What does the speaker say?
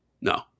No